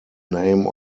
name